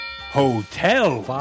hotel